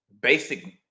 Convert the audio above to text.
basic